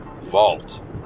vault